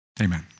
amen